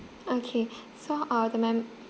okay so uh the mem~